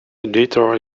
editor